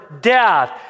death